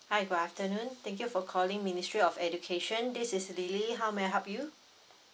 hi good afternoon thank you for calling ministry of education this is lily how may I help you